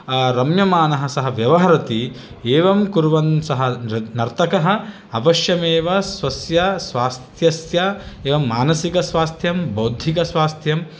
रम्यमानः सः व्यवहरति एवं कुर्वन् सः नृ नर्तकः अवश्यमेव स्वस्य स्वास्थ्यस्य एवं मानसिकस्वास्थ्यं बौद्धिकस्वास्थ्यं